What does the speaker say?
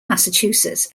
massachusetts